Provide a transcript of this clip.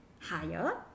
higher